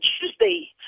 Tuesday